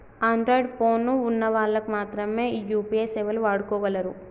Android phone ఉన్న వాళ్ళు మాత్రమె ఈ యూ.పీ.ఐ సేవలు వాడుకోగలరు